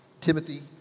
Timothy